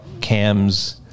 cams